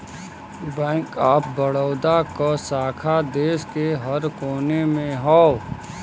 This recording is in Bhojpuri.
बैंक ऑफ बड़ौदा क शाखा देश के हर कोने में हौ